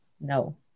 no